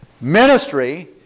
ministry